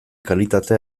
kalitate